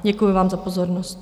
Děkuji vám za pozornost.